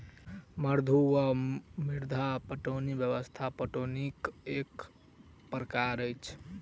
मद्दु वा मद्दा पटौनी व्यवस्था पटौनीक एक प्रकार अछि